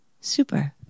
super